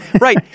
right